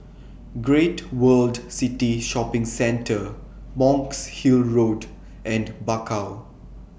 Great World City Shopping Centre Monk's Hill Road and Bakau